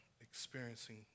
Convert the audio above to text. experiencing